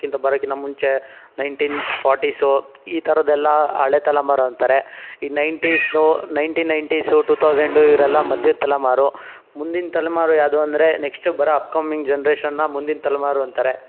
ಬರೋಕಿಂತ ಮುಂಚೆ nineteen forties ಈ ಥರದ ಎಲ್ಲ ಹಳೆ ತಲೆಮಾರು ಅಂತಾರೆ ಈ ನೈನ್ಟೀನ್ಸ್ದು ನೈನ್ಟೀನ್ ನೈನ್ಟೀಸು ಟೂ ತೌಸಂಡು ಇವರೆಲ್ಲ ಮಧ್ಯದ ತಲೆಮಾರು ಮುಂದಿನ ತಲೆಮಾರು ಯಾವುದು ಅಂದರೆ ನೆಕ್ಸ್ಟ್ ಬರೋ ಅಪ್ಕಮಿಂಗ್ ಜನ್ರೇಷನ್ನ ಮುಂದಿನ ತಲೆಮಾರು ಅಂತಾರೆ